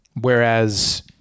Whereas